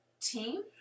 team